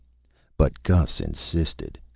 but gus insisted.